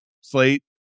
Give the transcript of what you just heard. slate